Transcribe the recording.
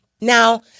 Now